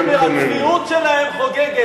הצביעות שלהם חוגגת.